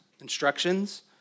instructions